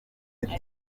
ati